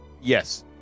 Yes